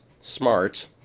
smart